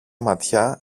ματιά